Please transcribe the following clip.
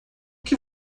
que